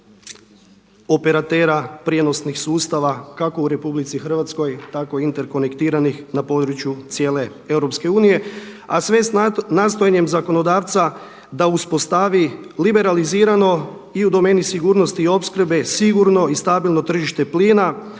operatera prijenosnih sustava kako u RH i interkonektiranih na području cijele EU a sve sa nastojanjem zakonodavca da uspostavi liberalizirano i u domeni sigurnosti i opskrbe sigurno i stabilno tržište plina